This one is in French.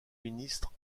ministres